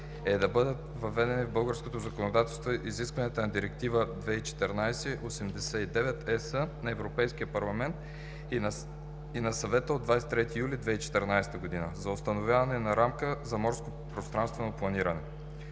е да бъдат въведени в българското законодателство изискванията на Директива 2014/89/ЕС на Европейския парламент и на Съвета от 23 юли 2014 г. за установяване на рамка за морско пространствено планиране.